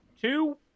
Two